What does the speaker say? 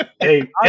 hey